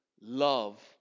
Love